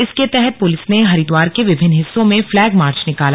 इसके तहत पुलिस ने हरिद्वार के विभिन्न हिस्सों में फ्लैग मार्च निकाला